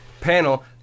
panel